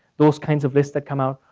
those kinds of lists that come out,